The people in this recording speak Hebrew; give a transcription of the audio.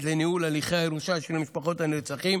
לניהול הליכי הירושה של משפחות הנרצחים,